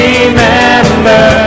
Remember